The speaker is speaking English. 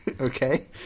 Okay